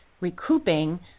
recouping